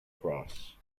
cross